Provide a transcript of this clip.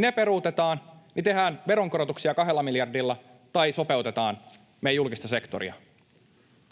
ne peruutetaan ja tehdään veronkorotuksia 2 miljardilla tai sopeutetaan meidän julkista sektoriamme.